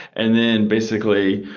and then, basically,